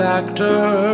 Factor